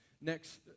next